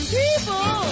people